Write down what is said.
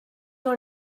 your